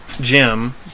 Jim